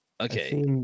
Okay